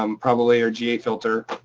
um probably, or ga filter.